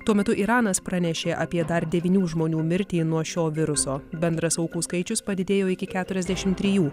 tuo metu iranas pranešė apie dar devynių žmonių mirtį nuo šio viruso bendras aukų skaičius padidėjo iki keturiasdešim trijų